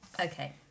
Okay